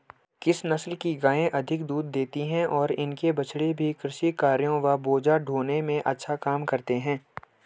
किस नस्ल की गायें अधिक दूध देती हैं और इनके बछड़े भी कृषि कार्यों एवं बोझा ढोने में अच्छा काम करते हैं?